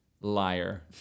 liar